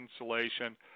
insulation